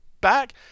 back